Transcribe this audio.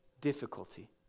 difficulty